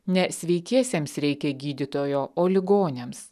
ne sveikiesiems reikia gydytojo o ligoniams